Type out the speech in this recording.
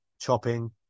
chopping